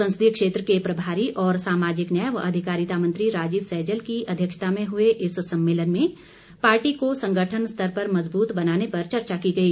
संसदीय क्षेत्र के प्रभारी और सामाजिक न्याय व अधिकारिता मंत्री राजीव सैजल की अध्यक्षता में हुए इस सम्मेलन में पार्टी को संगठन स्तर पर मज़बूत बनाने पर चर्चा की गई